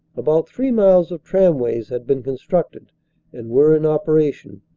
about three miles of tramways had been constructed and were in operation,